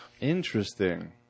Interesting